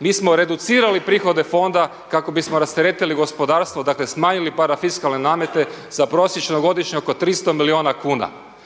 Mi smo reducirali prihode fonda kako bismo rasteretili gospodarstvo, dakle smanjili parafiskalne namete za prosječno godišnje oko 300 milijuna kuna.